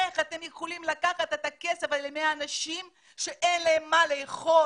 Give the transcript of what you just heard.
איך אתם יכולים לקחת את הכסף הזה מהאנשים שאין להם מה לאכול?